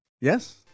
Yes